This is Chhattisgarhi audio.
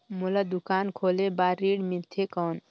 मोला दुकान खोले बार ऋण मिलथे कौन?